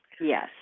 Yes